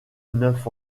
neuf